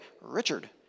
Richard